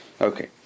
Okay